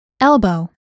Elbow